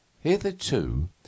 Hitherto